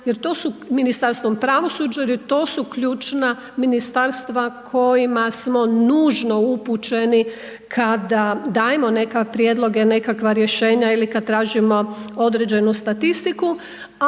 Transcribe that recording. jer to su, Ministarstvom pravosuđa jer to su ključna ministarstva kojima smo nužno upućeni kada dajemo neke prijedloge, nekakva rješenja ili kad tražimo određenu statistiku